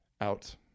out